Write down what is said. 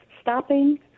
stopping